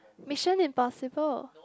Mission Impossible